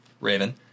raven